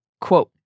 Quote